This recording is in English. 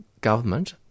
government